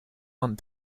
aunt